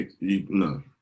no